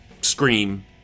Scream